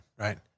Right